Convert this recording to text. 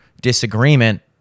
disagreement